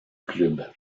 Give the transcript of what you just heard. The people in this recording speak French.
club